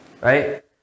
Right